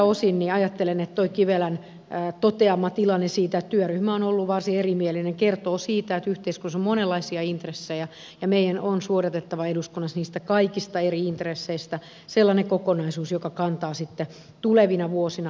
siltä osin ajattelen että tuo kivelän toteama tilanne siitä että työryhmä on ollut varsin erimielinen kertoo siitä että yhteiskunnassa on monenlaisia intressejä ja meidän on suodatettava eduskunnassa niistä kaikista eri int resseistä sellainen kokonaisuus joka kantaa sitten tulevina vuosina